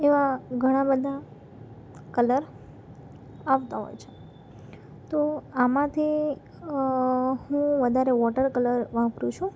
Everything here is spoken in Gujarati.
એવા ઘણા બધા કલર આવતા હોય છે તો આમાંથી હું વધારે વોટર કલર વાપરું છું